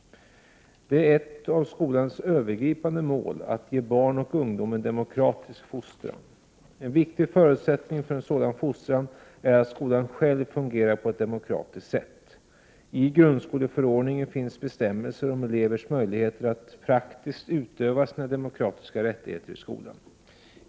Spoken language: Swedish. Det är ett av skolans övergripande mål att ge barn och ungdom en demokratisk fostran. En viktig förutsättning för en sådan fostran är att skolan själv fungerar på ett demokratiskt sätt. I grundskoleförordningen finns bestämmelser om elevers möjligheter att praktiskt utöva sina demokratiska rättigheter i skolan.